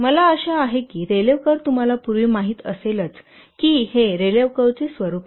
मला आशा आहे की रेलेव्ह कर्व तुम्हाला पूर्वी माहित असेलच की हे रेलेव्ह कर्व चे स्वरूप आहे